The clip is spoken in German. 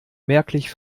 merklich